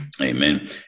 Amen